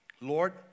Lord